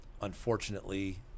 unfortunately